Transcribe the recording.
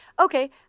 Okay